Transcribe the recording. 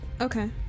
okay